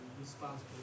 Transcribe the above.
responsible